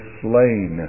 slain